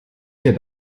mir